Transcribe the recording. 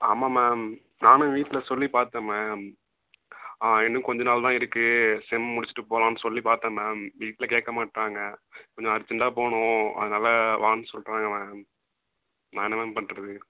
ஆமாம் மேம் நானும் வீட்டில் சொல்லி பார்த்தேன் மேம் இன்னும் கொஞ்சம் நாள் தான் இருக்கு செம் முடிச்சுட்டு போகலான்னு சொல்லி பார்த்தேன் மேம் வீட்டில் கேட்க மாட்றாங்க கொஞ்சம் அர்ஜென்ட்டாக போகணும் அதனால வான்னு சொல்கிறாங்க மேம் நான் என்ன மேம் பண்ணுறது